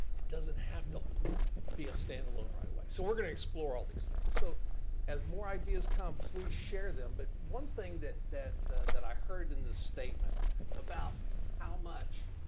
it doesn't have to be a standalone right away. so we're gonna explore all these things. so as more ideas come, please share them, but one thing that that i heard in the statement about how much.